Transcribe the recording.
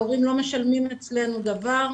ההורים לא משלמים אצלנו דבר,